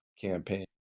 campaign